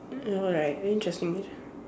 alright interesting